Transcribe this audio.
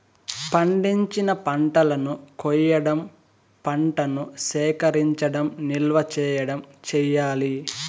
పండించిన పంటలను కొయ్యడం, పంటను సేకరించడం, నిల్వ చేయడం చెయ్యాలి